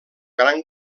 gran